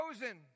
chosen